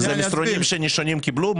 זה מסרונים שנישומים קיבלו?